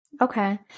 Okay